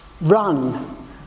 Run